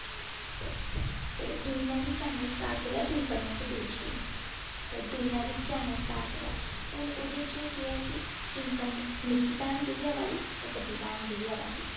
ते ते दूई ने बी चैनल स्टार्ट करी लेआ दूई पढ़ने च तेज़ ही ते दूई ने बी चैनल स्टार्ट करी लेआ हून ओह्दे च केह् ऐ कि इनकम निक्की भैन गी बी अवा दी ते बड्डी भैन गी बी अवा दी